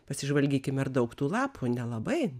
pasižvalgykime ar daug tų lapų nelabai